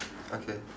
okay